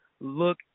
look